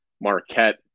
Marquette